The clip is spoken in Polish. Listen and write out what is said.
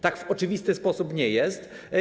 Tak w oczywisty sposób nie jest.